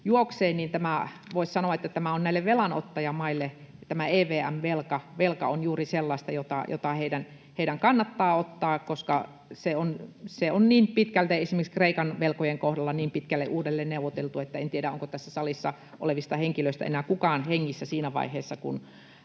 juoksee, voisi sanoa, että tämä EVM-velka on näille velanottajamaille juuri sellaista, jota heidän kannattaa ottaa, koska se on esimerkiksi Kreikan velkojen kohdalla niin pitkälle uudelleen neuvoteltu, että en tiedä, onko tässä salissa olevista henkilöistä enää kukaan hengissä siinä vaiheessa, kun